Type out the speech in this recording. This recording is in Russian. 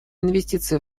инвестиции